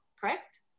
correct